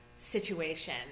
situation